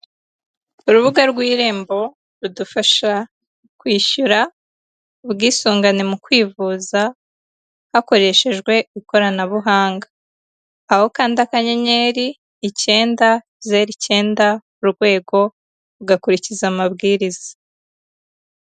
Urubuga rw'irembo rudufasha kwishyura ubwisungane mu kwivuza hakoreshejwe ikoranabuhanga, aho ukanda akanyenyeri, icyenda, zero, icyenda, urwego, ugakurikiza amabwiriza.